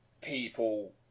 people